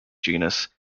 genus